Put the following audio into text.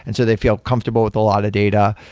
and so they feel comfortable with a lot of data.